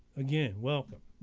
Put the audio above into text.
again, welcome!